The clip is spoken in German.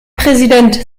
präsident